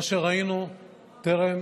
מה שראינו טרם